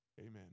Amen